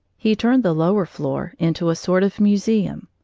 he turned the lower floor into a sort of museum.